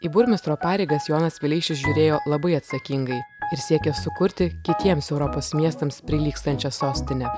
į burmistro pareigas jonas vileišis žiūrėjo labai atsakingai ir siekė sukurti kitiems europos miestams prilygstančią sostinę